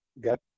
got